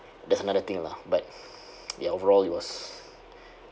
that's another thing lah but ya overall it was